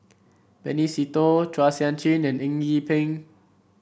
Benny Se Teo Chua Sian Chin and Eng Yee Peng